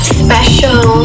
special